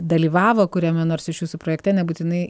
dalyvavo kuriame nors iš jūsų projekte nebūtinai